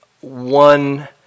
one